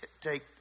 take